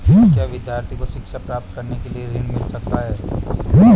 क्या विद्यार्थी को शिक्षा प्राप्त करने के लिए ऋण मिल सकता है?